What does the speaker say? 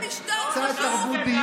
רק ביביקטטורה צריכה שרת פרופגנדה,